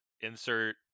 insert